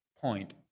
point